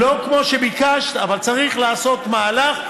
לא כמו שביקשת, אבל צריך לעשות מהלך.